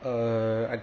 err I